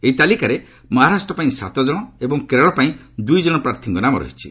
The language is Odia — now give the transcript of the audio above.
ଏହି ତାଲିକାରେ ମହାରାଷ୍ଟ୍ର ପାଇଁ ସାତ ଜଣ ଏବଂ କେରଳ ପାଇଁ ଦୁଇ ଜଣ ପ୍ରାର୍ଥୀଙ୍କ ନାମ ରହିଛି